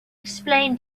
explain